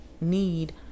need